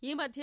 ಈ ಮಧ್ಯೆ